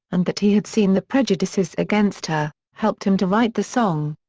and that he had seen the prejudices against her, helped him to write the song.